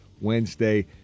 Wednesday